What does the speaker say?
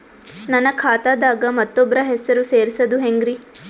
ನನ್ನ ಖಾತಾ ದಾಗ ಮತ್ತೋಬ್ರ ಹೆಸರು ಸೆರಸದು ಹೆಂಗ್ರಿ?